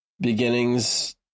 beginnings